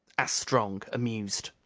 asked strong, amused.